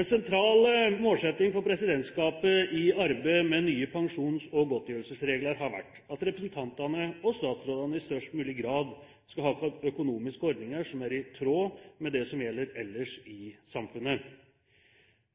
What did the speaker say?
En sentral målsetting for presidentskapet i arbeidet med nye pensjons- og godtgjørelsesregler har vært at representantene og statsrådene i størst mulig grad skal ha økonomiske ordninger som er i tråd med det som gjelder ellers i samfunnet.